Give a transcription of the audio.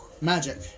Magic